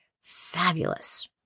fabulous